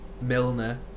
Milner